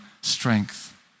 strength